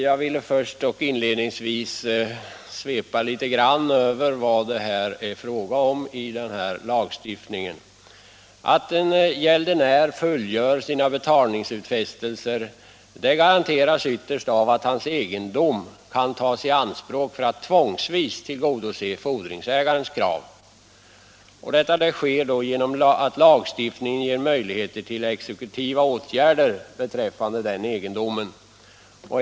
Jag vill dock inledningsvis något svepa över det område som denna lagstiftning omfattar. Att en gäldenär fullgör sina betalningsutfästelser garanteras ytterst av att hans egendom kan tas i anspråk för att tvångsvis tillgodose fordringsägarnas krav. Detta sker genom att lagstiftningen ger möjligheter till exekutiva åtgärder beträffande egendomen.